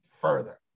further